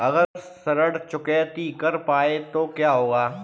अगर ऋण चुकौती न कर पाए तो क्या होगा?